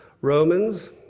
Romans